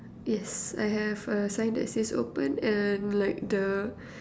yes I have a sign that says open and like the